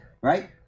right